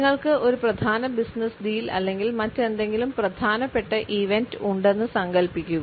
നിങ്ങൾക്ക് ഒരു പ്രധാന ബിസിനസ്സ് ഡീൽ അല്ലെങ്കിൽ മറ്റെന്തെങ്കിലും പ്രധാനപ്പെട്ട ഇവന്റ് ഉണ്ടെന്ന് സങ്കൽപ്പിക്കുക